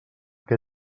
què